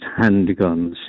handguns